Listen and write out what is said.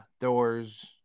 Doors